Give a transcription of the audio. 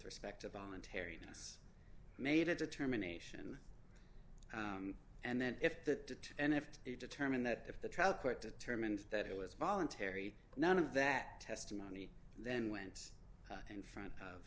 respect to voluntary us made a determination and then if that and if you determine that if the trial court determines that it was voluntary none of that testimony then went in front of